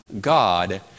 God